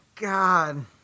God